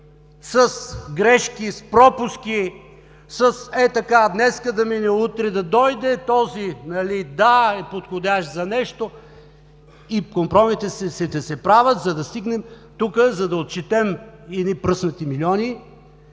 с грешки, с пропуски, с хей така днес да мине, утре да дойде, този, да, е подходящ за нещо… И компромисите се правят, за да стигнем тук, за да отчетем едни пръснати милиони,